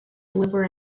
liver